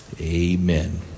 amen